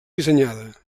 dissenyada